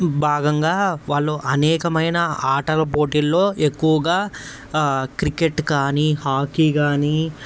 భాగంగా వాళ్ళు అనేకమైన ఆటల పోటీల్లో ఎక్కువుగా క్రికెట్ కానీ హాకీ కానీ